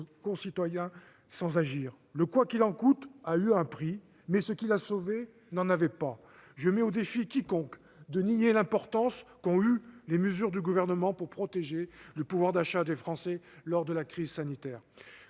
concitoyens sans agir. Le « quoi qu'il en coûte » a eu un prix, mais ce qu'il a permis de sauver n'en avait pas. Je mets au défi quiconque de nier l'importance du rôle qu'ont joué les mesures du Gouvernement pour protéger le pouvoir d'achat des Français lors de la crise sanitaire.